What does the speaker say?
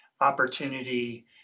opportunity